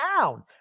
down